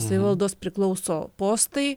savivaldos priklauso postai